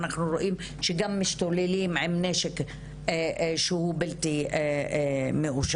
אנחנו רואים שגם משתוללים עם נשק שהוא בלתי מאושר.